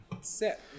set